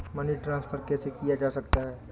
Money transfer कैसे किया जा सकता है?